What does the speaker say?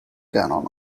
canon